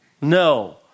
no